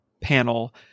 panel